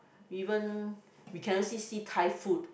even we can all see see Thai food